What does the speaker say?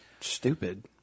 stupid